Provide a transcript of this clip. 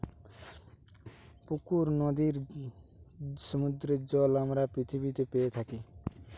পুকুর, নদীর, সমুদ্রের জল আমরা পৃথিবীতে পেয়ে থাকি